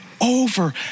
over